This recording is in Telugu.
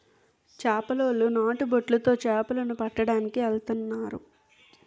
చేపలోలు నాటు బొట్లు తో చేపల ను పట్టడానికి ఎల్తన్నారు